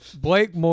Blake